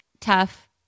tough